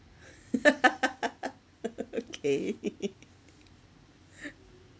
okay